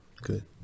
Good